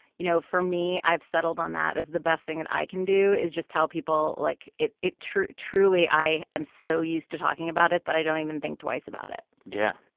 you know, for me, i've settled on that as the best thing that i can do is just tell people, like, it it truly, i am so used to talking about it that i don't even think twice about it yeah